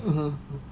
(uh huh)